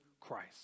Christ